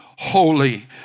holy